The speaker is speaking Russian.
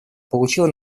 получило